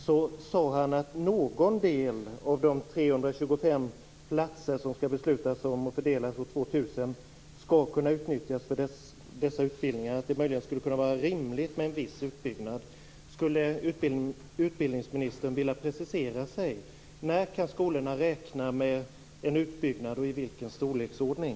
Han sade att någon del av de 325 platser som skall beslutas om och fördelas år 2000 skall kunna utnyttjas för dessa utbildningar. Det skulle möjligen kunna vara rimligt med en viss utbyggnad. Skulle utbildningsministern vilja precisera sig? När kan skolorna räkna med en utbyggnad och i vilken storleksordning?